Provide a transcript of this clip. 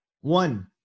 One